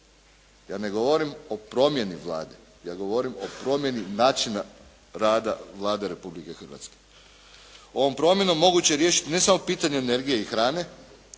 Ja ne govorim o promjeni Vlade. Ja govorim o promjeni načina rada Vlade Republike Hrvatske. Ovom promjenom moguće je riješiti ne samo pitanje energije i hrane,